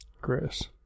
Chris